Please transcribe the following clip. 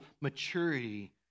maturity